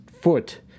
foot